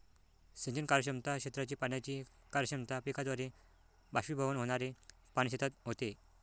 सिंचन कार्यक्षमता, क्षेत्राची पाण्याची कार्यक्षमता, पिकाद्वारे बाष्पीभवन होणारे पाणी शेतात होते